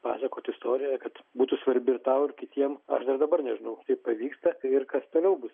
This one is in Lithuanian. pasakot istoriją kad būtų svarbi ir tau kitiem ar dabar nežinau kaip pavyksta ir kas toliau bus